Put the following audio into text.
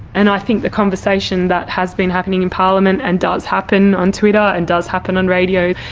and i think the conversation that has been happening in parliament and does happen on twitter and does happen on radio,